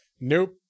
Nope